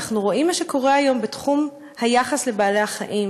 אנחנו רואים מה קורה היום בתחום היחס לבעלי-החיים,